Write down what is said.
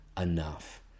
enough